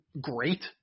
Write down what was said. great